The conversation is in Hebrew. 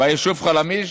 ביישוב חלמיש,